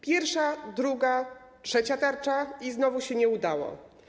Pierwsza, druga, trzecia tarcza i znowu się nie udało.